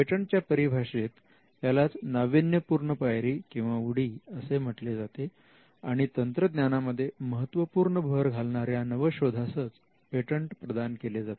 पेटंटच्या परिभाषेत यालाच नाविन्यपूर्ण पायरी किंवा उडी असे म्हटले जाते आणि तंत्रज्ञानामध्ये महत्वपूर्ण भर घालणाऱ्या नवशोधासच पेटंट प्रदान केले जाते